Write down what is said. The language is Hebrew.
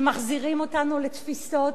שמחזירים אותנו לתפיסות